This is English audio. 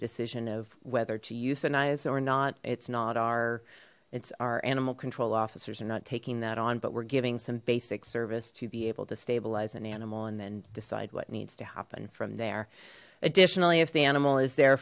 decision of whether to euthanize or not it's not our it's our animal control officers are not taking that on but we're giving some basic service to be able to stabilize an animal and then decide what needs to happen from there additionally if the animal is there